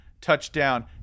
touchdown